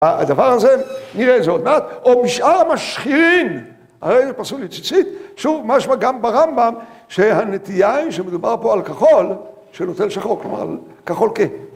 הדבר הזה נראה איזה עוד מעט, או בשאר המשחירים, הרי זה פסול יציצית, שוב משמע גם ברמב״ם שהנטיה היא שמדובר פה על כחול, שנוטל שחור, כלומר על כחול כהה